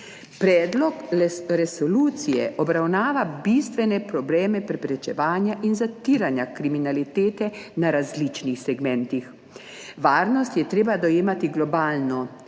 Predlog resolucije obravnava bistvene probleme preprečevanja in zatiranja kriminalitete na različnih segmentih. Varnost je treba dojemati globalno